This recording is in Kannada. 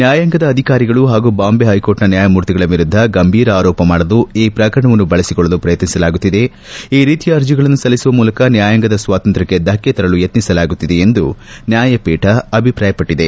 ನ್ನಾಯಾಂಗದ ಅಧಿಕಾರಿಗಳು ಹಾಗೂ ಬಾಂಬೆ ಹೈಕೋರ್ಟ್ನ ನ್ನಾಯಮೂರ್ತಿಗಳ ವಿರುದ್ದ ಗಂಭೀರ ಆರೋಪ ಮಾಡಲು ಈ ಪ್ರಕರಣವನ್ನು ಬಳಸಿಕೊಳ್ಳಲು ಪ್ರಯತ್ನಿಸಲಾಗುತ್ತಿದೆ ಈ ರೀತಿಯ ಅರ್ಜಿಗಳನ್ನು ಸಲ್ಲಿಸುವ ಮೂಲಕ ನ್ಯಾಯಾಂಗದ ಸ್ವಾತಂತ್ರ್ಹೈ ಧಕ್ಷೆತರಲು ಯತ್ನಿಸಲಾಗುತ್ತಿದೆ ಎಂದು ನ್ಯಾಯಪೀಠ ಅಭಿಪ್ರಾಯಪಟ್ಟದೆ